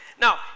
Now